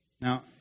Now